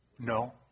No